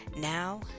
Now